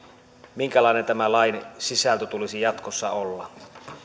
minkälainen tämä lain sisällön tulisi jatkossa olla